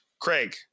Craig